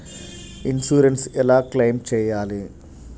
Insurance ఎలా claim చేయాలి?